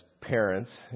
parents